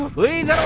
please